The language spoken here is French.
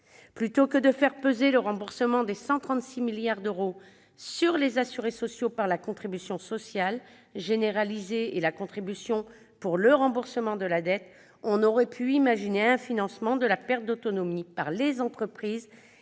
Plutôt que de faire peser le remboursement des 136 milliards d'euros sur les assurés sociaux par la contribution sociale généralisée (CSG) et la contribution pour le remboursement de la dette sociale (CRDS), on aurait pu imaginer un financement de la perte d'autonomie par les entreprises,